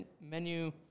menu